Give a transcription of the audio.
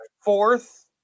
fourth